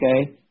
okay